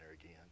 again